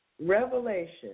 Revelation